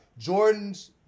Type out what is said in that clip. Jordans